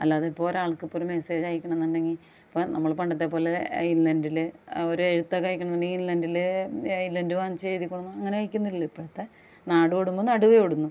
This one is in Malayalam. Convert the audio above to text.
അല്ലാതെ ഇപ്പോൾ ഒരാൾക്ക് ഇപ്പോൾ ഒരു മെസ്സേജ് അയക്കണം എന്നുണ്ടെങ്കിൽ ഇപ്പോൾ നമ്മൾ പണ്ടത്തെ പോലെ ഇല്ലൻ്റിൽ ഒരു എഴുത്തിക്കെ അയക്കണം എന്നുണ്ടെങ്കിൽ ഇല്ലൻ്റിൽ ഇല്ലൻ്റ് വാങ്ങിച്ച് എഴുതി കൊണ്ടൊന്നും അങ്ങനെ അയക്കുന്നില്ലലോ ഇപ്പോഴത്തെ നാട് ഓടുമ്പോൾ നടുവേ ഓടുന്നു